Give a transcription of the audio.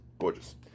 gorgeous